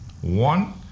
One